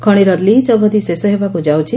ଖଶିର lease ଅବଧ୍ ଶେଷ ହେବାକୁ ଯାଉଛି